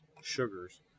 sugars